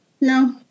No